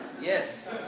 Yes